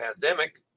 pandemic